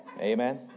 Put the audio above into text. Amen